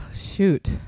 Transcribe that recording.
shoot